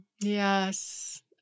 Yes